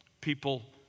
people